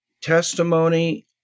testimony